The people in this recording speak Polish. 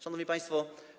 Szanowni Państwo!